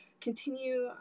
continue